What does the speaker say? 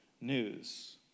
news